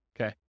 Okay